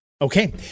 okay